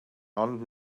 ond